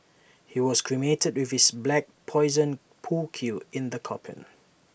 he was cremated with his black Poison pool cue in the coffin